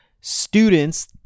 students